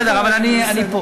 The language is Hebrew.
בסדר, בסדר, אבל אני פה.